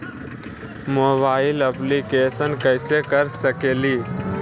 Mobile application कैसे कर सकेली?